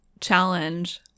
challenge